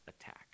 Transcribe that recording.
attack